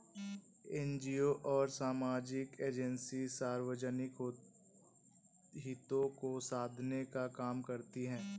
NGO और सामाजिक agency सार्वजनिक हितों को साधने का काम करती हैं